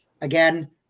again